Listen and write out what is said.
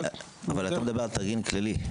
אבל אתה מדבר על תרגיל כללי.